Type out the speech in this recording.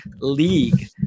league